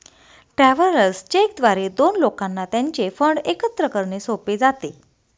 travellers cheque द्वारे दोन लोकांना त्यांचे फंड एकत्र करणे सोपे जाते